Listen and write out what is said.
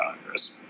congress